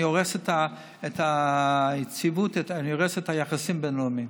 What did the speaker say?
אני הורס את היציבות ואת היחסים הבין-לאומיים.